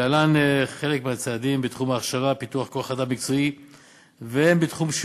להלן חלק מהצעדים בתחום ההכשרה ופיתוח כוח-אדם